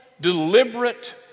deliberate